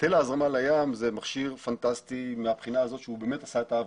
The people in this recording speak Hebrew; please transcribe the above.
היטל ההזרמה לים זה מכשיר פנטסטי מהבחינה הזו שהוא באמת עשה את העבודה.